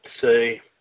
say